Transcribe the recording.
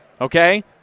okay